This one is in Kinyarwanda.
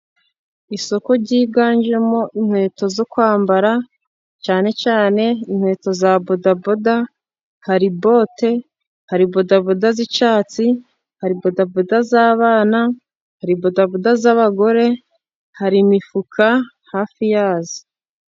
Isoko ryiganjemo inkweto zo kwambara cyane cyane inkweto za bodaboda, hari bote ,hari bodaboda z'icyatsi, hari bodaboda z'abana, hari bodaboda z'abagore, hari imifuka hafi yazo.